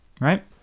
right